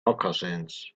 moccasins